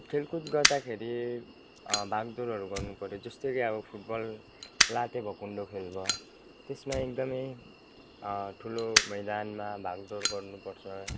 खेलकुद गर्दाखेरि भागदौडहरू गर्नु पऱ्यो जस्तो कि अब फुटबल लात्ते भकुन्डो खेल भयो त्यसमा एकदमै ठुलो मैदानमा भागदौड गर्नुपर्छ